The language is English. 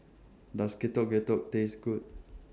Does Getuk Getuk Taste Good